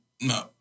no